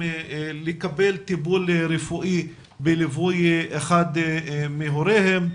ילדים פלסטינים חולים לטיפולים בישראל ללא הוריהם,